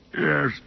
Yes